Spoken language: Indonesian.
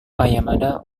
yamada